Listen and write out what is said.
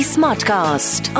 Smartcast